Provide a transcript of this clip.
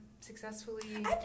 successfully